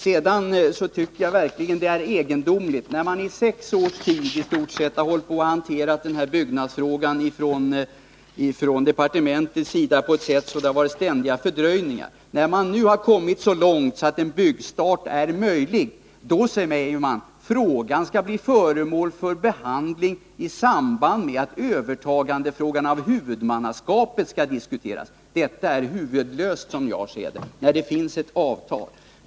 Jag tycker det är egendomligt att man i departementet i stort sett i sex års tid har hållit på att hantera den här byggnadsfrågan och att det har varit ständiga fördröjningar. När man nu har kommit så långt att en byggstart är möjlig, säger man att frågan skall bli föremål för behandling i samband med att frågan om övertagande av huvudmannaskapet skall diskuteras. Detta är, som jag ser det, huvudlöst när det finns ett avtal.